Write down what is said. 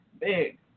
big